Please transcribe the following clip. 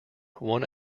one